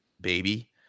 baby